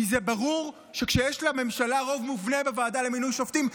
כי זה ברור שכשיש לממשלה רוב מובנה בוועדה למינוי שופטים,